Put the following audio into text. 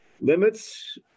limits